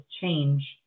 Change